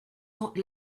not